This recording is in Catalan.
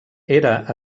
era